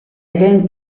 again